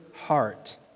heart